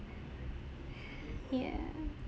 yeah